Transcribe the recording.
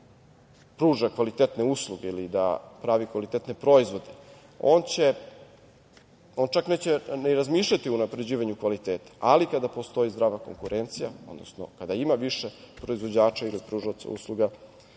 da pruža kvalitetne usluge ili da pravi kvalitetne proizvode, on čak neće ni razmišljati o unapređivanju kvaliteta, ali kada postoji zdrava konkurencija, odnosno kada ima više proizvođača ili pružaoce usluga,